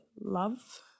love